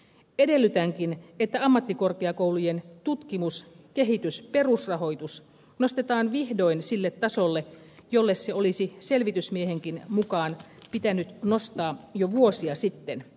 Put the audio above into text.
edellytänkin että ammattikorkeakoulujen tutkimus kehitys ja perusrahoitus nostetaan vihdoin sille tasolle jolle se olisi selvitysmiehenkin mukaan pitänyt nostaa jo vuosia sitten